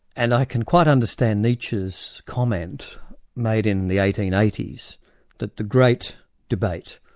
and i can quite understand nietzsche's comment made in the eighteen eighty s that the great debate,